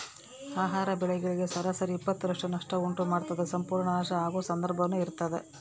ಆಹಾರ ಬೆಳೆಗಳಿಗೆ ಸರಾಸರಿ ಇಪ್ಪತ್ತರಷ್ಟು ನಷ್ಟ ಉಂಟು ಮಾಡ್ತದ ಸಂಪೂರ್ಣ ನಾಶ ಆಗೊ ಸಂದರ್ಭನೂ ಇರ್ತದ